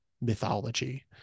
mythology